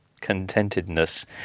contentedness